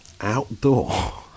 Outdoor